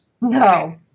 No